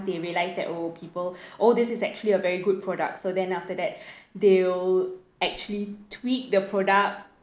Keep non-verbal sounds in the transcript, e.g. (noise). they realised that oh people (breath) oh this is actually a very good product so then after that (breath) they'll actually tweak the product